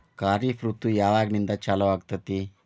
ಖಾರಿಫ್ ಋತು ಯಾವಾಗಿಂದ ಚಾಲು ಆಗ್ತೈತಿ?